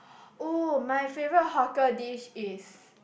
oh my favourite hawker dish is